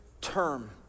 Term